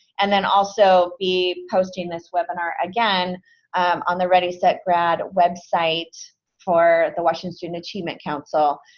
and then also be posting this webinar again on the ready set grad website for the washington student achievement council,